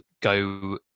go